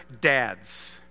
dads